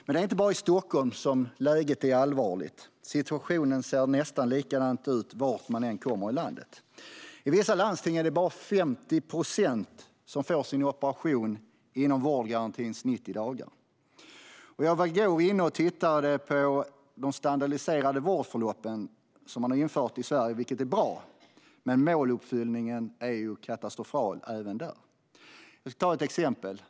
Men det är inte bara i Stockholm som läget är allvarligt. Situationen ser nästan likadan ut vart man än kommer i landet. I vissa landsting är det bara 50 procent som får sin operation inom vårdgarantins 90 dagar. Jag var i går inne och tittade på de standardiserade vårdförlopp som man har infört i Sverige, vilket är bra. Måluppfyllelsen är dock katastrofal även där. Jag ska ta ett exempel.